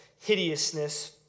hideousness